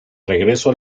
regreso